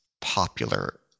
popular